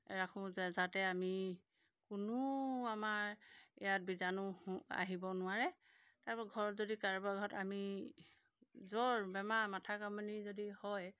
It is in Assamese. ৰাখোঁ যাতে আমি কোনো আমাৰ ইয়াত বীজাণু আহিব নোৱাৰে তাৰপৰা ঘৰত যদি কাৰোবাৰ ঘৰত আমি জ্বৰ বেমাৰ মাথা কামানী যদি হয়